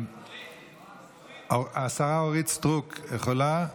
השרה אורית סטרוק יכולה?